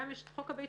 גם יש את חוק הביציות,